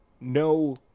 no